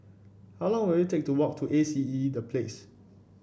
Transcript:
how long will it take to walk to A C E The Place